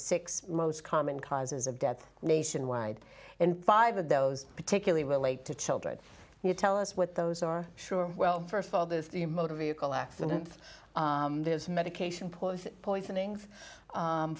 six most common causes of death nationwide and five of those particularly relate to children you tell us what those are sure well first of all this the motor vehicle accident this medication put poisoning